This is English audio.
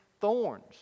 thorns